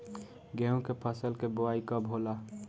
गेहूं के फसल के बोआई कब होला?